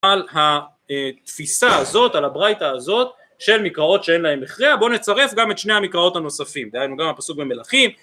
על התפיסה הזאת, על הברייטה הזאת של מקראות שאין להן הכרעה, בוא נצרף גם את שני המקראות הנוספים, דהיינו גם הפסוק במלכים